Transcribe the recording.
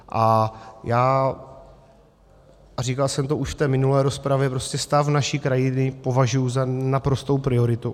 A já, říkal jsem to už v minulé rozpravě, stav naší krajiny považuji za naprostou prioritu.